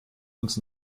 uns